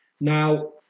Now